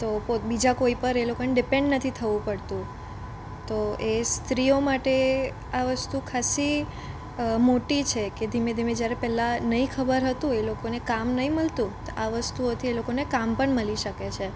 તો કોઈક બીજા કોઈ પર એ લોકોને ડીપેન્ડ નથી થવું પડતું તો એ સ્ત્રીઓ માટે આ વસ્તુ ખાસી મોટી છે કે ધીમે ધીમે જ્યારે પહેલાં નઈ ખબર હતું એ લોકોને કામ નઈ મળતું તો આ વસ્તુઓથી એ લોકોને કામ પણ મળી શકે છે